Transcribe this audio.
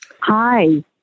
Hi